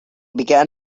began